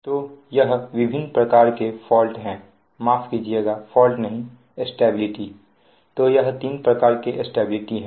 तो यह विभिन्न प्रकार के फॉल्ट है माफ कीजिएगा फॉल्ट नहीं स्टेबिलिटी तो यह तीन प्रकार के स्टेबिलिटी है